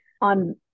on